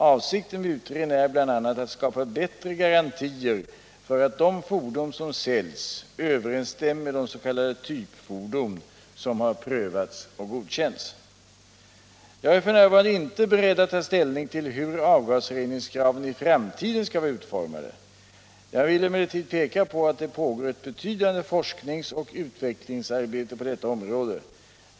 Avsikten med utredningen är bl.a. att skapa bättre garantier för att de fordon som säljs överensstämmer med de s.k. typfordon som har provats och godkänts. Jag är f.n. inte beredd att ta ställning till hur avgasreningskraven i framtiden skall vara utformade. Jag vill emellertid peka på att det pågår ett betydande forsknings och utvecklingsarbete på detta område.